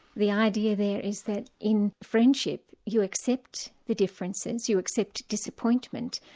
the idea there is that in friendship you accept the differences, you accept disappointment.